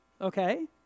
Okay